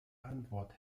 antwort